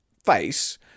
face